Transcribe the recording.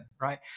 right